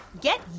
Get